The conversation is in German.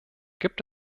gibt